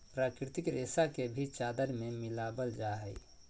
प्राकृतिक रेशा के भी चादर में मिलाबल जा हइ